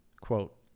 Quote